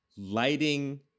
Lighting